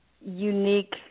unique